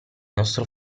nostro